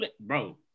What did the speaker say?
Bro